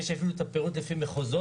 ויש לי אפילו את הפירוט לפי מחוזות.